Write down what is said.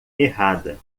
errada